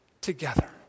together